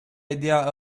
idea